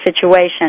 situation